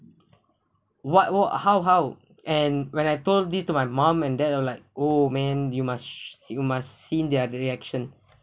what what how how and when I told this to my mum and dad they were like oh man you must you must seen their reaction